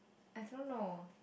I don't know